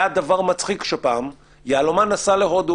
היה דבר מצחיק, שפעם יהלומן נסע להודו